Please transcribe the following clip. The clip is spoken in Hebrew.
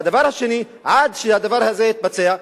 והדבר השני, עד שהדבר הזה יתבצע,